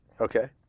Okay